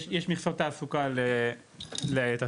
יש מכסות תעסוקה בישראל,